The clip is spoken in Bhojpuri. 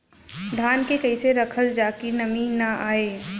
धान के कइसे रखल जाकि नमी न आए?